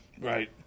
Right